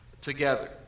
Together